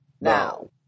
now